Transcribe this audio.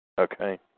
Okay